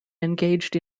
engaged